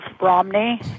Romney